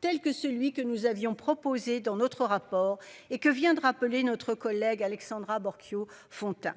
tels que celui que nous avions proposé dans notre rapport. Et que vient de rappeler notre collègue Alexandra à bord Kyo Fontin.